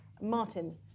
Martin